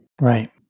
Right